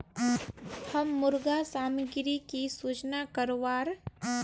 हम मुर्गा सामग्री की सूचना करवार?